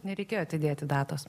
nereikėjo atidėti datos